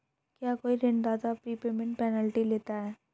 क्या कोई ऋणदाता प्रीपेमेंट पेनल्टी लेता है?